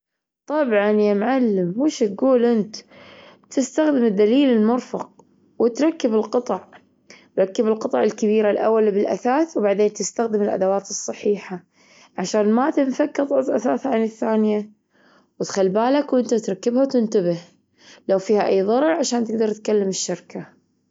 طبعًا يا معلم، ويش تجول أنت؟ تستخدم الدليل المرفق وتركب القطع. ركب القطع الكبيرة الأول بالأثاث وبعدين تستخدم الأدوات الصحيحة عشان ما تنفك قطعة أثاث عن الثانية، وتخل بالك وأنت تركبها وتنتبه لو فيها أي ضرر عشان تقدر تكلم الشركة.